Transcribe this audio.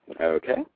Okay